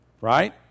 Right